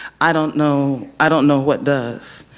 i don't know i don't know what does.